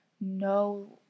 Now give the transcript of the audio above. no